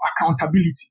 accountability